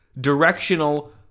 directional